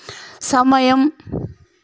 సమయం